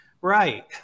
Right